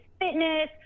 fitness